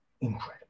incredible